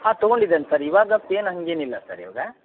ಹಾಂ ತಗೊಂಡಿದ್ದೇನೆ ಸರ್ ಇವಾಗ ಪೇನ್ ಹಾಗೇನಿಲ್ಲ ಸರ್ ಇವಾಗ